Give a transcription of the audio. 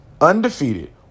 undefeated